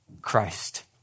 Christ